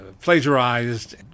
plagiarized